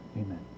Amen